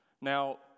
Now